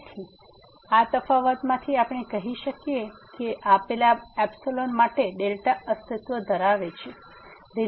તેથી આ તફાવતમાંથી આપણે કહી શકીએ કે આપેલા ϵ માટે અસ્તિત્વ ધરાવે છે